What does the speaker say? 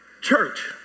Church